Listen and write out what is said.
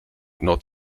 nord